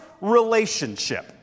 relationship